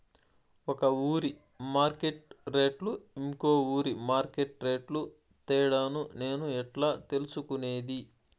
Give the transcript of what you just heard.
ఒక ఊరి మార్కెట్ రేట్లు ఇంకో ఊరి మార్కెట్ రేట్లు తేడాను నేను ఎట్లా తెలుసుకునేది?